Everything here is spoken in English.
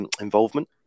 involvement